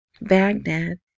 Baghdad